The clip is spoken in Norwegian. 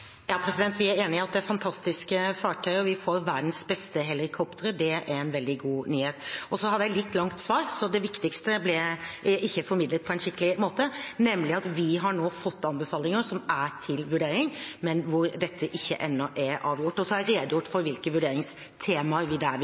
Vi er enige om at det er fantastiske fartøyer, vi får verdens beste helikoptre. Det er en veldig god nyhet. Så hadde jeg et litt langt svar, så det viktigste ble ikke formidlet på en skikkelig måte, nemlig at vi nå har fått anbefalinger som er til vurdering, men som ennå ikke er avgjort. Og så har jeg redegjort for hvilke vurderingstemaer vi der